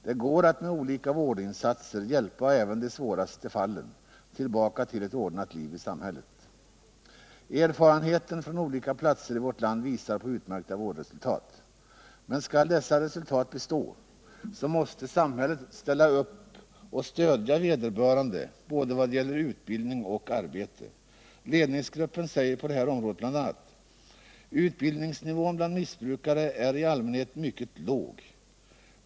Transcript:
Det går att med olika vårdinsatser hjälpa även de svåraste fallen tillbaka till ett ordnat liv i samhället. Erfarenheten från olika platser i vårt land visar på utmärkta vårdresultat. Men — Nr 160 skall dessa resultat bestå, måste samhället ställa upp och stödja vederbörande Torsdagen den både vad gäller utbildning och arbete. Ledningsgruppen säger på det här 1 juni 1978 området bl.a.: ”Utbildningsnivån bland missbrukare är i allmänhet mycket låg.